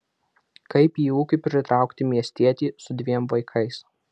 kaip į ūkį pritraukti miestietį su dviem vaikais